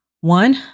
one